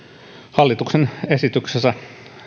hallituksen esityksessä